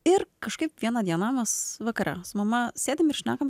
ir kažkaip vieną dieną mes vakare su mama sėdim ir šnekam